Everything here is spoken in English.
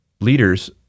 leaders